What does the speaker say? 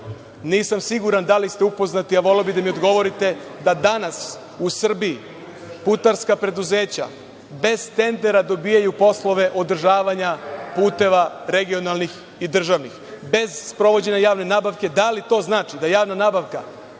nisam siguran da li ste upoznati, a voleo bih da mi odgovorite da danas u Srbiji putarska preduzeća bez tendera dobijaju poslove održavanja puteva regionalnih i državnih, bez sprovođenja javne nabavke. Da li to znači da javna nabavka